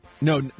No